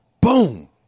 Boom